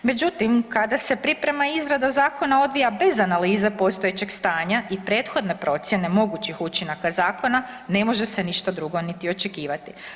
Međutim kada se priprema izrada zakona odvija bez analiza postojećeg stanja i prethodne procjene mogućih učinaka zakona, ne može se ništa drugo niti očekivati.